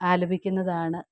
ആലപിക്കുന്നതാണ്